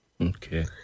Okay